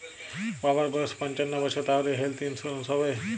বাবার বয়স পঞ্চান্ন বছর তাহলে হেল্থ ইন্সুরেন্স হবে?